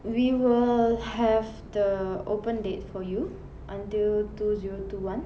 we will have the open date for you until two zero two one